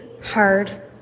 hard